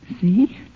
See